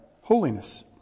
holiness